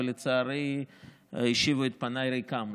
ולצערי השיבו את פניי ריקם.